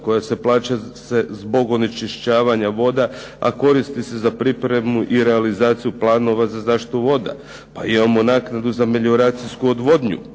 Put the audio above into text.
koja se plaća zbog onečišćavanja voda, a koristi se za pripremu i realizaciju planova za zaštitu voda. Pa imamo naknadu za melioracijsku odvodnju.